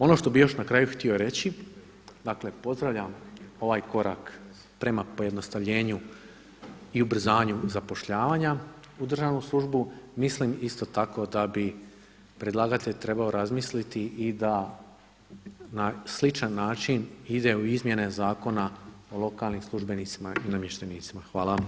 Ono što bih još na kraju htio reći, dakle pozdravljam ovaj korak prema pojednostavljenju i ubrzanju zapošljavanja u državnu službu, mislim isto tako da bi predlagatelj trebao razmisliti i da na sličan način ide u izmjene Zakona o lokalnim službenicima i namještenicima.